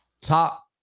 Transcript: top